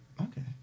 Okay